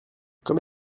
comme